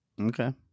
Okay